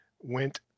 went